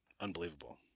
unbelievable